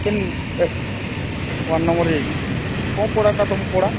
କିନ୍ ଏ phone number କୋଉ ପଡ଼ାଟା ତୁମ ପଡ଼ା